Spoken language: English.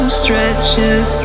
stretches